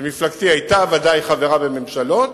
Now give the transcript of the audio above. ומפלגתי היתה ודאי חברה בממשלות